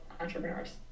entrepreneurs